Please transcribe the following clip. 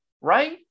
right